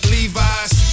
Levi's